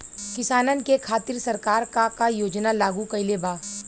किसानन के खातिर सरकार का का योजना लागू कईले बा?